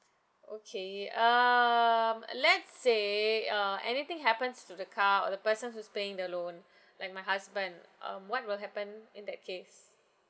okay err let's say uh anything happens to the car or the person who's paying the loan like my husband um what will happen in that case